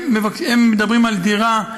הם מדברים על דירה,